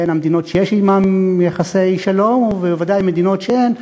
בין במדינות שיש עמן יחסי שלום וודאי במדינות שאין,